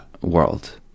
world